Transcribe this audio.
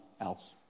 else